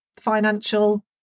financial